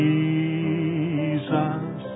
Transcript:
Jesus